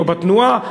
או בתנועה,